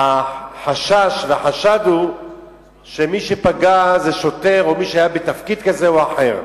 החשש והחשד הוא שמי שפגע זה שוטר או מי שהיה בתפקיד כזה או אחר.